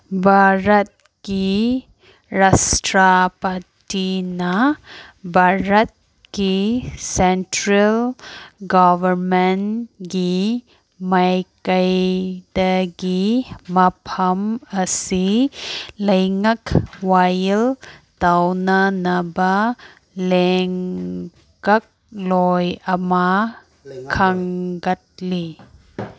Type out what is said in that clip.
ꯚꯥꯔꯠꯀꯤ ꯔꯥꯁꯇ꯭ꯔꯄꯇꯤꯅ ꯚꯥꯔꯠꯀꯤ ꯁꯦꯟꯇ꯭ꯔꯦꯜ ꯒꯣꯕꯔꯃꯦꯟꯒꯤ ꯃꯥꯏꯀꯩꯗꯒꯤ ꯃꯐꯝ ꯑꯁꯤ ꯂꯩꯉꯥꯛ ꯋꯥꯌꯦꯜ ꯇꯧꯅꯅꯕ ꯂꯦꯩꯉꯥꯛꯂꯣꯏ ꯑꯃ ꯈꯪꯒꯠꯂꯤ